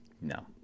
no